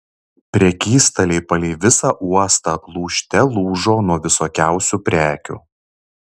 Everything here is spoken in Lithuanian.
prekystaliai palei visą uostą lūžte lūžo nuo visokiausių prekių